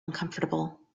uncomfortable